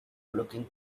looking